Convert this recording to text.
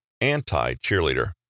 anti-cheerleader